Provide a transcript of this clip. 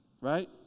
right